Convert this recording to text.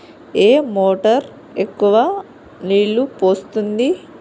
ఏ motor ఎక్కువ నీళ్లు పోస్తుంది?